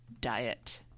diet